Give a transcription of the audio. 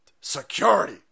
Security